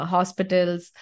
Hospitals